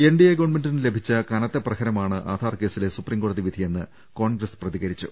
NDA ഗവൺമെന്റിന് ലഭിച്ച കനത്ത പ്രഹരമാണ് ആധാർ കേസിലെ സുപ്രീം കോടതി വിധിയെന്ന് കോൺഗ്രസ് പ്രതികരിച്ചു